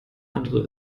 andere